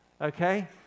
Okay